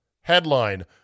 headline